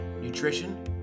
nutrition